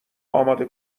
اماده